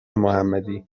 محمدی